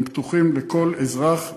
הם פתוחים לכל אזרח ואזרח.